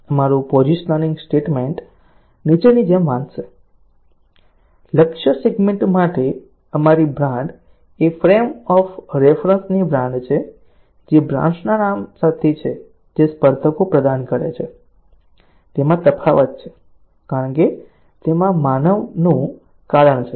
અમારું positioning statement નીચેની જેમ વાંચશે લક્ષ્ય સેગમેન્ટ માટે અમારી બ્રાન્ડ એ ફ્રેમ ઓફ રેફરન્સની બ્રાન્ડ છે જે બ્રાન્ડ્સના નામ સાથે છે જે સ્પર્ધકો પ્રદાન કરે છે તેમાં તફાવત છે કારણ કે તેમાં માનવાનું કારણ છે